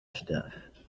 stuff